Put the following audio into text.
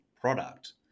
product